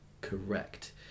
correct